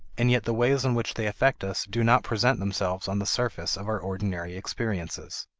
and yet the ways in which they affect us do not present themselves on the surface of our ordinary experiences.